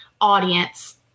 audience